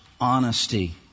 honesty